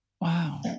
Wow